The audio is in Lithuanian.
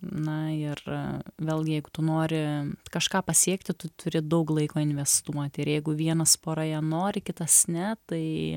na ir vėlgi jeigu tu nori kažką pasiekti tu turi daug laiko investuoti ir jeigu vienas poroje nori kitas ne tai